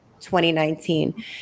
2019